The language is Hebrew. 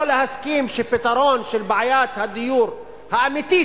לא להסכים שפתרון של בעיית הדיור האמיתית